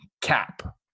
cap